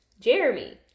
Jeremy